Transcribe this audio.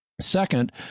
Second